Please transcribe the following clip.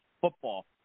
football